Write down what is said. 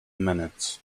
minutes